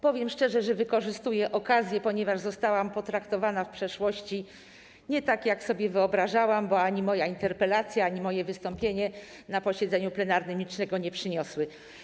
Powiem szczerze, że wykorzystuję okazję, ponieważ zostałam potraktowana w przeszłości nie tak, jak sobie wyobrażałam, bo ani moja interpelacja, ani moje wystąpienie na posiedzeniu plenarnym niczego nie przyniosły.